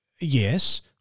yes